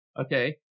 Okay